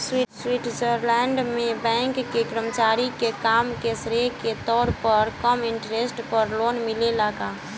Switzerland में bank के कर्मचारी के काम के श्रेय के तौर पर कम इंटरेस्ट पर लोन मिलेला का?